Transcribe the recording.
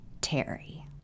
Terry